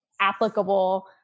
applicable